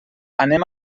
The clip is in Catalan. anem